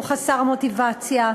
הוא חסר מוטיבציה,